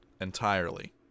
entirely